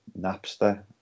Napster